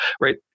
right